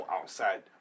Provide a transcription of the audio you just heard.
outside